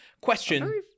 Question